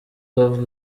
love